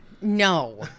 no